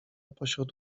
pośród